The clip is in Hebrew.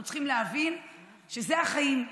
אנחנו צריכים להבין שאלה החיים,